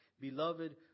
Beloved